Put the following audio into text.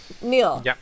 Neil